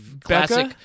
classic